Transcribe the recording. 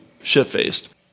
shit-faced